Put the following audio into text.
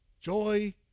joy